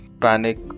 panic